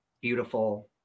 beautiful